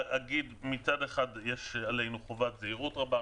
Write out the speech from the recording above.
מצד אחד יש עלינו חובת זהירות רבה,